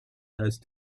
those